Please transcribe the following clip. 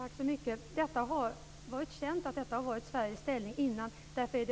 Fru talman! Det har varit känt att detta var Sveriges ställning tidigare, och därför är